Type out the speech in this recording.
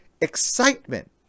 excitement